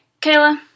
Kayla